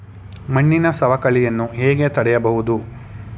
ಮಣ್ಣಿನ ಸವಕಳಿಯನ್ನು ಹೇಗೆ ತಡೆಯಬಹುದು?